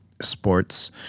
sports